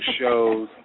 shows